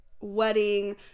wedding